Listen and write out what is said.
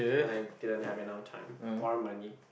and I didn't have enough time or money